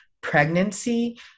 Pregnancy